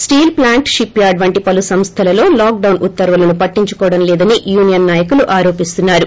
steel plant shipyard వంటి పలు సంస్వలలో లాక్డౌన్ ఉత్తర్వులను పట్టించు కోవటం లేదని యూనియన్ నాయకులు ఆరోపిస్తున్నారు